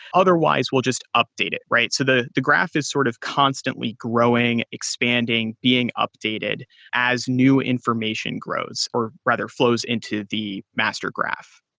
otherwise we'll just update it, right? so the the graph is sort of constantly growing, expanding, being updated as new information grows, or rather flows into the master graph.